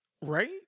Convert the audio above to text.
Right